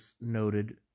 noted